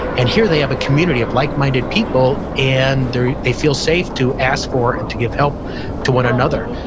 and here they have a community of like-minded people, and they they feel safe to ask for and to give help to one another.